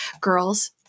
girls –